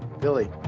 Billy